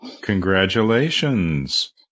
Congratulations